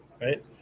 right